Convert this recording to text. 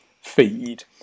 feed